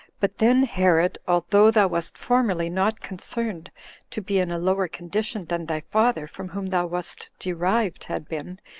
but then, herod, although thou wast formerly not concerned to be in a lower condition than thy father from whom thou wast derived had been,